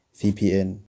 VPN